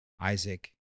Isaac